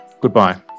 goodbye